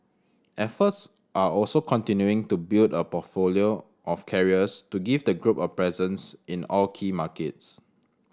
efforts are also continuing to build a portfolio of carriers to give the group a presence in all key markets